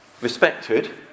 respected